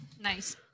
Nice